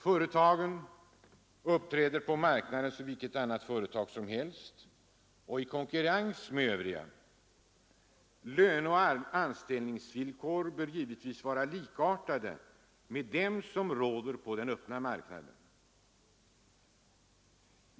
Företaget uppträder på marknaden som vilket annat företag som helst i konkurrens med de övriga. Löneoch anställningsvillkoren bör givetvis vara likartade med dem som råder på den öppna marknaden.